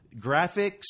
graphics